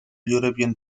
european